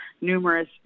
numerous